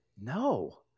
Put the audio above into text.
no